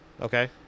Okay